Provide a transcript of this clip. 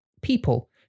people